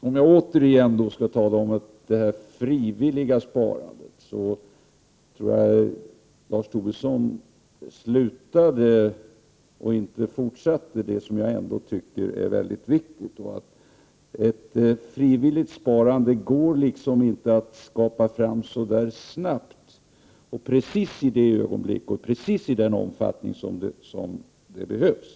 Om jag återigen skall tala om det frivilliga sparandet, så tycker jag att Lars Tobisson slutade för tidigt och inte fortsatte med det som jag tycker är mycket viktigt. Ett frivilligt sparande går inte att skapa så snabbt och i precis det ögonblick och i precis den omfattning som behövs.